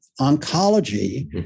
oncology